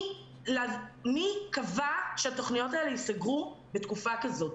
מי קבע שהתוכניות האלה ייסגרו בתקופה כזו?